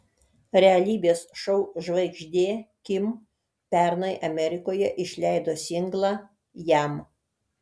realybės šou žvaigždė kim pernai amerikoje išleido singlą jam